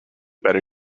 better